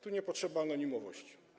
Tu nie potrzeba anonimowości.